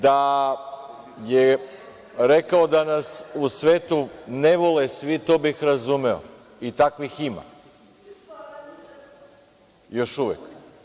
Da je rekao da nas u svetu ne vole svi, to bih razumeo i takvih ima, još uvek.